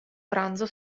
pranzo